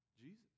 Jesus